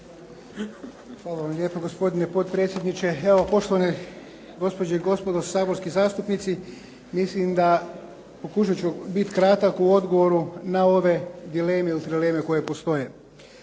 Hvala vam lijepo gospodine potpredsjedniče. Poštovane gospođe i gospodo saborski zastupnici, mislim da, pokušat ću biti kratak u odgovoru na ove dileme ili trileme koje postoje.